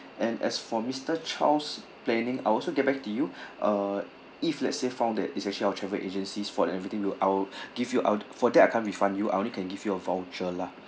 and as for mister Chau planning I also get back to you uh if let's say found that it's actually our travel agencies for everything I'll give you out for that I can't refund you I'll only can give you a voucher lah